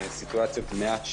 סיטואציות מעט שונות.